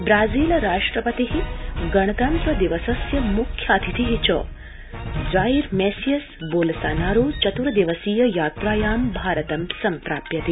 Brazil राष्ट्रपति गणतन्त्र दिवसस्य मुख्यातिथि च जाइर मेसियस बोलसोनारो चत्र्दिवसीय यात्रायां भारतं सम्प्रापयति